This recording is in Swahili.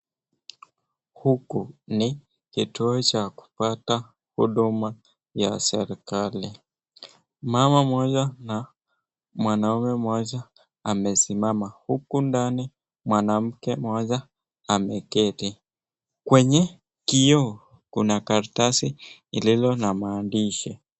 Huku ni kituo cha kupata huduma za serikali. Mama mmoja na mwanaume mmoja amesimama, huku ndani mwanamke mmoja ameketi. Kwenye kioo kuna karatasi lililo na maandishi.